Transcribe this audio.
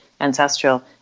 ancestral